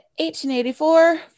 1884